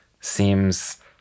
seems